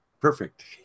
perfect